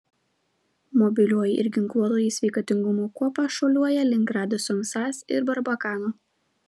mobilioji ir ginkluotoji sveikatingumo kuopa šuoliuoja link radisson sas ir barbakano